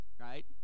right